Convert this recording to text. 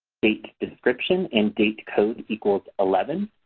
date description and date code equals eleven,